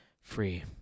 free